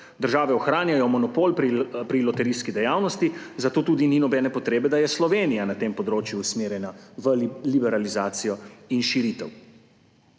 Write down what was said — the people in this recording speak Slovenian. Države ohranjajo monopol pri loterijski dejavnosti, zato tudi ni nobene potrebe, da je Slovenija na tem področju usmerjena v liberalizacijo in širitev.